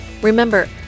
Remember